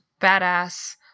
badass